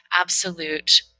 absolute